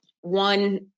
one